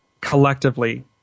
collectively